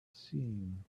seen